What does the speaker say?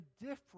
different